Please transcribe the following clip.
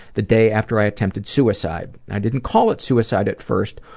the day after i attempted suicide. i didn't call it suicide at first,